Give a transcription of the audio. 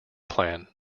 plan